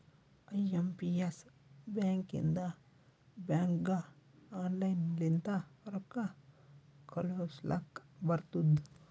I M P S ಬ್ಯಾಕಿಂದ ಬ್ಯಾಂಕ್ಗ online ಲಿಂತ ರೊಕ್ಕಾ ಕಳೂಸ್ಲಕ್ ಬರ್ತುದ್